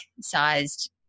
sized